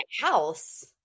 house